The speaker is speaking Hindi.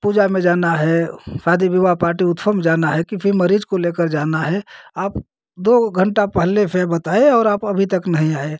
पूजा में जाना है शादी विवाह पार्टी उत्सव में जाना है किसी मरीज को लेकर जाना है आप दो घंटा पहले से बताए और आप अभी तक नहीं आए